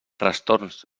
trastorns